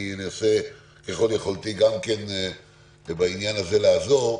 אני אנסה ככל יכולתי גם כן בעניין הזה לעזור.